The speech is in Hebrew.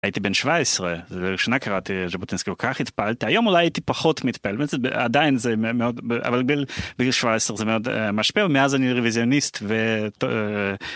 הייתי בן 17 ושנה קראתי ז׳בוטינסקי, כל כך התפעלתי היום אולי הייתי פחות מתפעל, האמת עדיין זה מאוד אבל בגיל 17 זה מאוד משפיע ומאז אני רוויזיוניסט.